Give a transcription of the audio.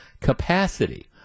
capacity